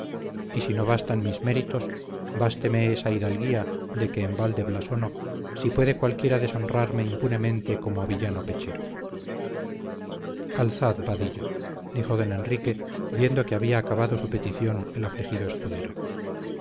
y si no bastan mis méritos básteme esa hidalguía de que en balde blasono si puede cualquiera deshonrarme impunemente como a villano pechero alzad vadillo dijo don enrique viendo que había acabado su petición el